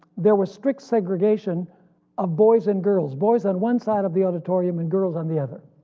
there was strict segregation of boys and girls, boys on one side of the auditorium and girls on the other,